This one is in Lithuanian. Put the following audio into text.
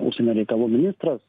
užsienio reikalų ministras